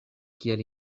kiel